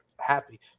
happy